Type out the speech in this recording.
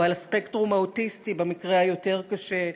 או על הספקטרום האוטיסטי במקרה היותר-קשה,